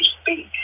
speak